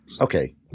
Okay